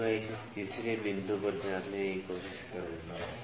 अब मैं इसे तीसरे बिंदु पर जांचने की कोशिश करूंगा